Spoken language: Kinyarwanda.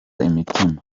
imitima